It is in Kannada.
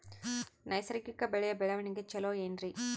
ನೈಸರ್ಗಿಕ ಬೆಳೆಯ ಬೆಳವಣಿಗೆ ಚೊಲೊ ಏನ್ರಿ?